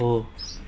हो